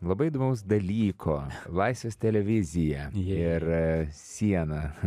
labai įdomaus dalyko laisvės televizija ir siena